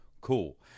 cool